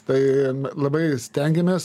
tai labai stengiamės